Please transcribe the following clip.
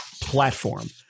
platform